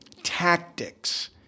tactics